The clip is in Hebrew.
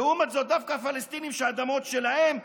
לעומת זאת דווקא הפלסטינים שהאדמות שלהם,